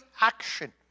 action